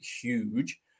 huge